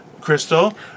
crystal